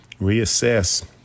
reassess